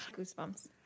Goosebumps